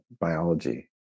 biology